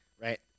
right